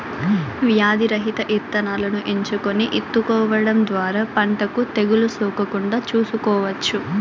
వ్యాధి రహిత ఇత్తనాలను ఎంచుకొని ఇత్తుకోవడం ద్వారా పంటకు తెగులు సోకకుండా చూసుకోవచ్చు